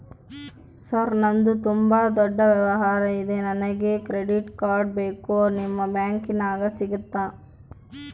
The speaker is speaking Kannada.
ಸರ್ ನಂದು ತುಂಬಾ ದೊಡ್ಡ ವ್ಯವಹಾರ ಇದೆ ನನಗೆ ಕ್ರೆಡಿಟ್ ಕಾರ್ಡ್ ಬೇಕು ನಿಮ್ಮ ಬ್ಯಾಂಕಿನ್ಯಾಗ ಸಿಗುತ್ತಾ?